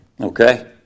Okay